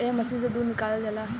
एह मशीन से दूध निकालल जाला